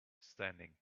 standing